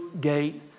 gate